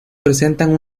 presentan